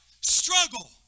Struggle